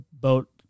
boat